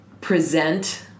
present